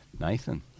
Nathan